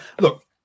look